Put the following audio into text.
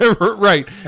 Right